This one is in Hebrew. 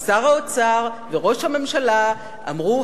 ושר האוצר וראש הממשלה אמרו,